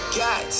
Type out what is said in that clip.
got